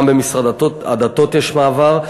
גם במשרד הדתות יש מעבר.